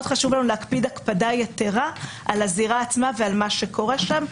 חשוב לנו להקפיד הקפדה יתרה על הזירה עצמה ועל מה שקורה שם,